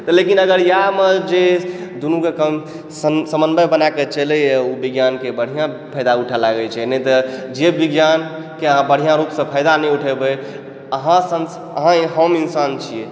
लेकिन अगर इएह मे जे दुनू के सम सम्बन्ध बनाकऽ चलै यऽ ओ विज्ञानके बढिआँ फायदा उठाबै लागै छै नहि तऽ जे विज्ञानके अहाँ बढिआँ रूपसँ अहाँ फायदा नहि उठेबै अहाँ सँ अहाँ हम इन्सान छियै